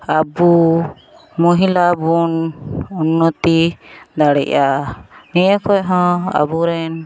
ᱟᱵᱚ ᱢᱚᱦᱤᱞᱟᱵᱚᱱ ᱩᱱᱱᱚᱛᱤ ᱫᱟᱲᱮᱜᱼᱟ ᱱᱤᱭᱟᱹ ᱠᱷᱚᱱᱦᱚᱸ ᱟᱵᱚᱨᱮᱱ